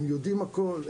הם יודעים הכול,